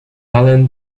alan